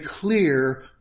clear